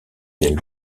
ailes